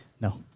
No